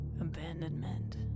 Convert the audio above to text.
abandonment